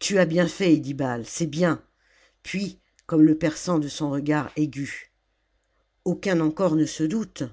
tu as bien fait iddibal c'est bien puis comme le perçant de son regard aigu aucun encore ne se doute